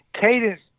Cadence